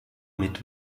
mit